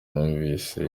numvise